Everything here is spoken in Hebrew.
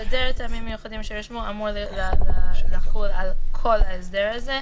היעדר טעמים מיוחדים שיירשמו אמור לחול על כל ההסדר הזה.